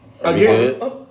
Again